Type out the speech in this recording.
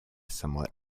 somewhat